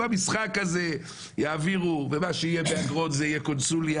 זה שאומרים שמה שיהיה באגרון זו תהיה קונסוליה